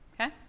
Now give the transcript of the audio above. Okay